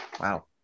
Wow